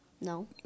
No